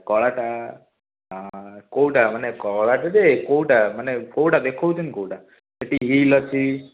କଳାଟା କେଉଁଟା ମାନେ କଳାଟା ଯେ କେଉଁଟା ମାନେ କେଉଁଟା ଦେଖାଉଛନ୍ତି କେଉଁଟା ସେଠି ହିଲ୍ ଅଛି